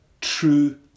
true